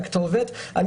הכתובת שלי,